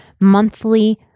monthly